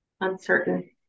Uncertain